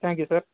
thank you sir